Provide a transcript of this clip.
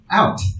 out